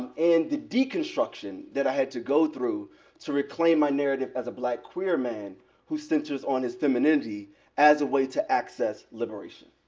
and the deconstruction that i had to go through to reclaim my narrative as a black queer man who centers on his femininity as a way to access liberation.